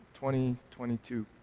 2022